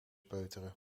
peuteren